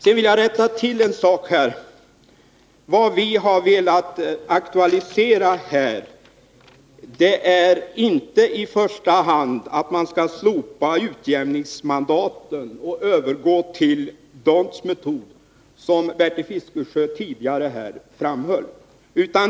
Jag vill sedan rätta till en sak. Vad vi här har velat aktualisera är inte i första hand att man skall slopa utjämningsmandaten och övergå till d"Hondts metod, vilket Bertil Fiskesjö tidigare framhöll.